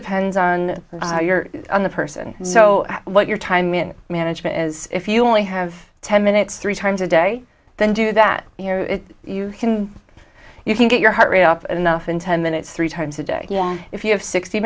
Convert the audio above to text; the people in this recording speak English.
depends on your on the person so what your time in management is if you only have ten minutes three times a day then do that you can you can get your heart rate up enough in ten minutes three times a day if you have sixty